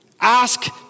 ask